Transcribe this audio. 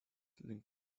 link